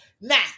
Now